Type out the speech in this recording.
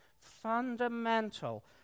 Fundamental